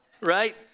right